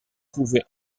trouver